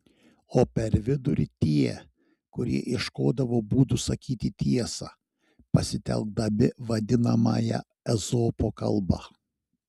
o per vidurį tie kurie ieškodavo būdų sakyti tiesą pasitelkdami vadinamąją ezopo kalbą